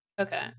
okay